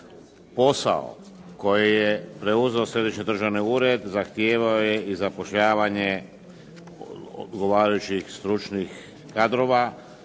Posao koji je preuzeo središnji državni ured zahtijevao je i zapošljavanje odgovarajućih stručnih kadrova,